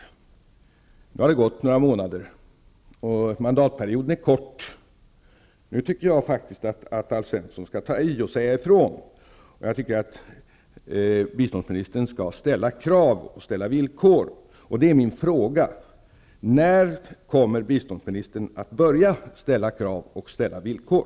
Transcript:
Det har gått några månader, och mandatperioden är kort. Nu tycker jag att Alf Svensson skall säga ifrån. Biståndsministern skall ställa krav och villkor. Min fråga är: När kommer biståndsministern att börja ställa krav och villkor?